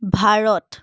Bharat